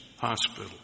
Hospital